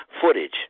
footage